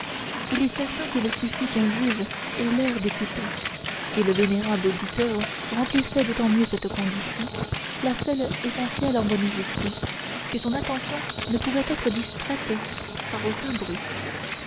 il est certain qu'il suffit qu'un juge ait l'air d'écouter et le vénérable auditeur remplissait d'autant mieux cette condition la seule essentielle en bonne justice que son attention ne pouvait être distraite par aucun bruit